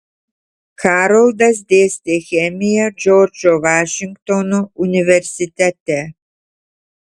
haroldas dėstė chemiją džordžo vašingtono universitete